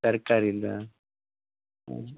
ತರ್ಕಾರೀದ ಹ್ಞೂ